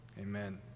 Amen